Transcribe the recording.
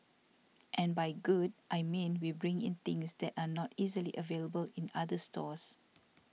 and by good I mean we bring in things that are not easily available in other stores